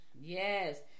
Yes